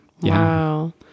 Wow